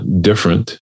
Different